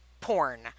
porn